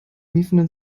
miefenden